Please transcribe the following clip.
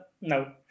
No